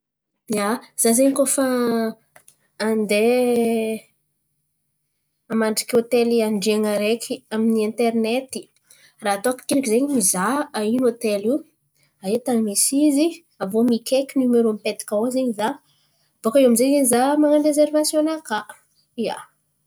Ia, za zen̈y koa fa handeha hamandriky hôtely handrian̈a araiky amin'ny interinety. Raha ataoko akendriky zen̈y mizaha aia hôtely io? Aia tany misy izy? Aviô mikaiky nimerô mipetaka ao zen̈y za. Bôka iô amy zay zen̈y za man̈ano rezerivasiòn-nakà, ia.